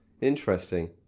interesting